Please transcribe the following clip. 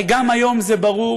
הרי גם היום זה ברור,